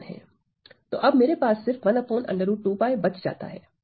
तो अब मेरे पास सिर्फ बचा है